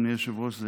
אדוני היושב-ראש,